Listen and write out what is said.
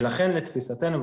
ולכן לתפיסתנו,